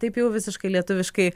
taip jau visiškai lietuviškai